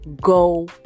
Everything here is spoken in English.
go